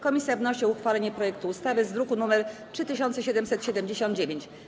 Komisja wnosi o uchwalenie projektu ustawy z druku nr 3779.